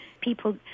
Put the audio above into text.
People